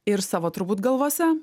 ir savo turbūt galvose